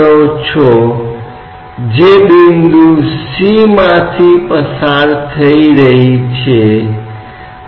अगर अब महत्वपूर्ण बात यह है कि देखें कि हम B पर दबाव को बिल्कुल सही अर्थों में व्यक्त नहीं कर रहे हैं हम इसे A के दबाव के सापेक्ष व्यक्त कर रहे हैं